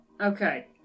Okay